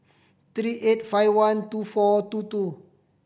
three eight five one two four two two